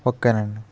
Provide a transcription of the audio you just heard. okay అండి